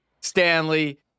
Stanley